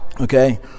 Okay